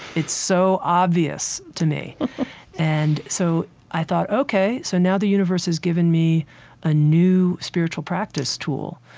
it's so obvious to me and so i thought, ok, so now the universe has given me a new spiritual practice tool,